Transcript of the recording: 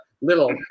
little